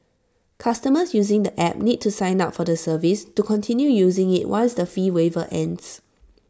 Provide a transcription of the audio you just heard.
customers using the app need to sign up for the service to continue using IT once the fee waiver ends